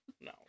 no